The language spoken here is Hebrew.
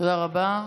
תודה רבה.